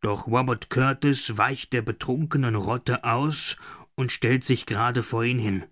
doch robert kurtis weicht der betrunkenen rotte aus und stellt sich gerade vor ihn hin